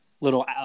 little